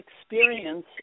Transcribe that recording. experience